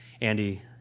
Andy